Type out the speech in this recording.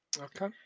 Okay